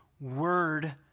word